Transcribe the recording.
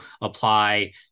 apply